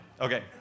Okay